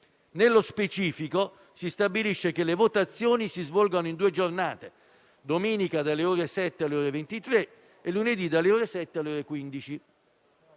Nello specifico, si stabilisce che le votazioni si svolgano in due giornate: domenica (dalle ore 7 alle ore 23) e lunedì (dalle ore 7 alle ore 15).